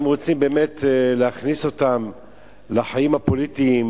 אם רוצים להכניס אותם לחיים הפוליטיים